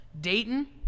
Dayton